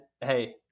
hey